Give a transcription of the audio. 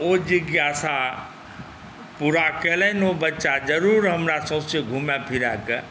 ओ जिज्ञासा पूरा केलनि ओ बच्चा जरूर हमरा सौँसे घुमा फिराकऽ